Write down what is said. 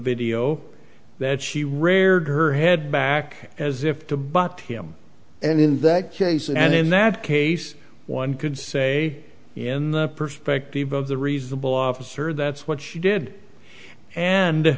video that she rared her head back as if to but him and in that case and in that case one could say in the perspective of the reasonable officer that's what she did and